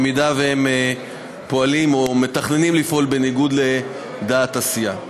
הם פועלים או מתכננים לפעול בניגוד לדעת הסיעה.